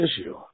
issue